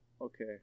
Okay